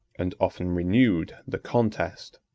and often renewed the contest.